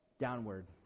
downward